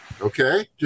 Okay